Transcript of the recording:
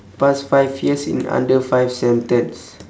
past five years in under five sentence